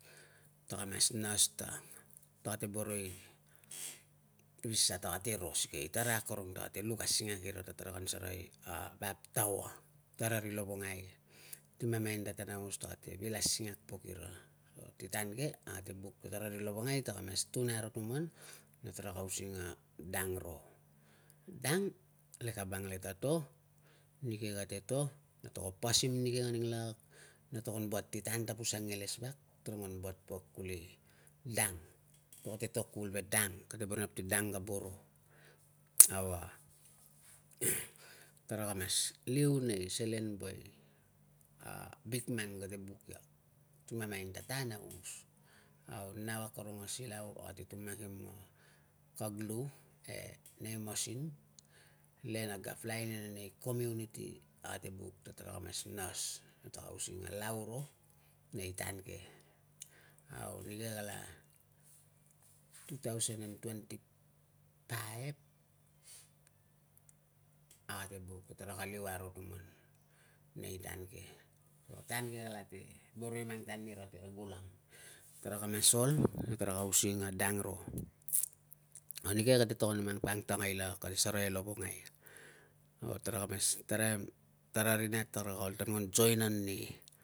Taka mas nas ta taka te boro i sa, takate ro sikei tara akorong taka te luk asingak ira ta karan serei vap taua. Tara ri lovongai ti mamain ta tan aungos, ta kate bil asingak pok ira. Ti tan ke, ate buk ta tara ri lovongai taka mas tun aro tuman na taraka using a dang ro. Dang lekabang le ta to, nike kate to na to pasim nike nganing lakak, na to kan buat ti tan tapuang iles vak, tarungan buat pok kuli dang. Tarung kate to kuvul ve dang. Kate boro i nap ti dang ka boro, au a taraka mas liu nei selen woe a bikman kate buk ia ti mamain ta tan aungos. Au, nau akorong a silau ate tung makim a kag lu e nei masin le na kag lain e nei community, ate buk ta taka mas nas na tara using a lau ro nei tan ke. Au, nike kala two thousand twenty five, ate buk ta taraka liu aro tuman nei tan ke. Tan ke kalate boro i mang tan nira ti kara gulang. Taraka mas ol na taraka using a dang ro. Nike kate togon a mang poi angtangai lak kate sarai e lovongai a taraka mas taraim ta ri nat tara ol ta nguan join an ni.